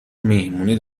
مهمونی